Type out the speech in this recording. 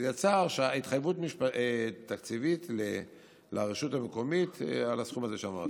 יצאה התחייבות תקציבית לרשות המקומית על הסכום הזה שאמרתי.